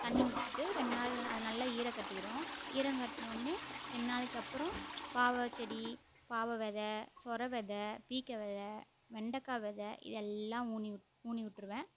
தண்ணி விட்டுட்டு ரெண்டு நாள் அது நல்லா ஈரம் கட்டிறும் ஈரம் கட்டுன ஒன்னே ரெண்டு நாளைக்கு அப்புறோம் பாவ செடி பாவ வித சொர வித பீக்க வித வெண்டக்காய் வித இதெல்லாம் ஊனி உட் ஊனி விட்ருவேன்